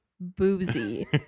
boozy